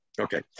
Okay